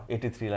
83